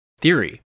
theory